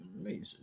amazing